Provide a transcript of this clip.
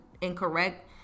incorrect